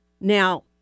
Now